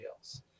else